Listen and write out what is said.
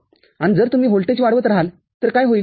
आणि जर तुम्ही व्होल्टेज वाढवत रहाल तर काय होईल